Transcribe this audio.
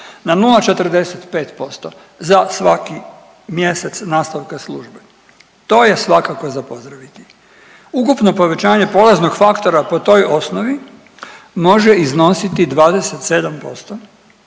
na 0,45% za svaki mjesec nastavka službe. To je svakako za pozdraviti. Ukupno povećanje poreznog faktora po toj osnovi može iznositi 27%,